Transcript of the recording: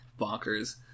bonkers